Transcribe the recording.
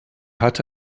hatte